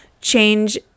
change